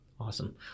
Awesome